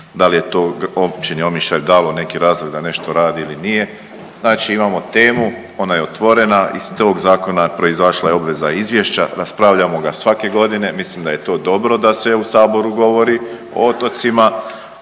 da li je to Općini Omišalj dalo neki razlog da nešto radi ili nije, znači imamo temu ona je otvorena iz tog zakona proizašla je obveza izvješća raspravljamo ga svake godine, mislim da je to dobro da se u Saboru govori o otocima,